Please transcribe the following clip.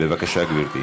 בבקשה, גברתי.